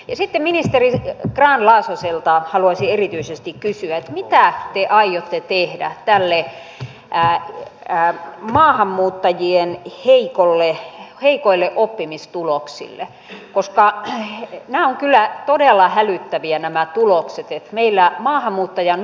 sitten ministeri grahn laasoselta haluaisin erityisesti kysyä mitä te aiotte tehdä maahanmuuttajien heikoille oppimistuloksille koska nämä tulokset ovat kyllä todella hälyttäviä nämä tulokset ja niillä maahanmuuttajan